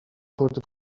خورده